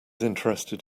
interested